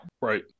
Right